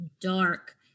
dark